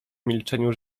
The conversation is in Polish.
milczeniu